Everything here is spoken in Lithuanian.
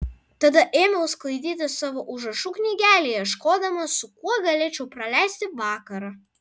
tada ėmiau sklaidyti savo užrašų knygelę ieškodamas su kuo galėčiau praleisti vakarą